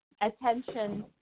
attention